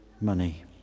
money